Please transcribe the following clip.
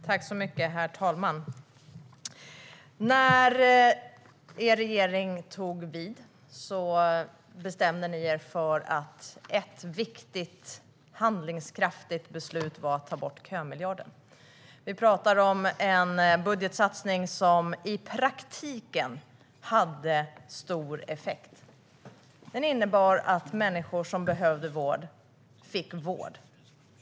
Herr talman! När er regering tog vid bestämde man sig för att ett viktigt och handlingskraftigt beslut var att ta bort kömiljarden. Vi pratar om en budgetsatsning som i praktiken hade stor effekt. Den innebar att människor som behövde vård fick vård.